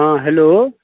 हँ हेलो